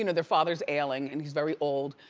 you know their father's ailing and he's very old,